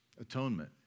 atonement